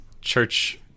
church